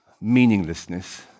meaninglessness